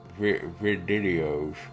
videos